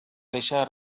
deixa